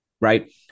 Right